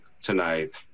tonight